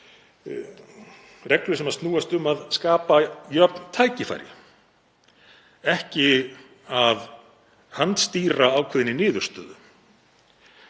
reglum sem snúast um að skapa jöfn tækifæri, ekki að handstýra ákveðinni niðurstöðu